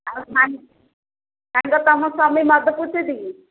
ଆଉ ସାଙ୍ଗ ତୁମ ସ୍ୱାମୀ ମଦ ପିଉଛି କି